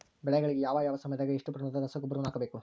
ಬೆಳೆಗಳಿಗೆ ಯಾವ ಯಾವ ಸಮಯದಾಗ ಎಷ್ಟು ಪ್ರಮಾಣದ ರಸಗೊಬ್ಬರವನ್ನು ಹಾಕಬೇಕು?